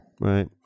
Right